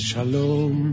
Shalom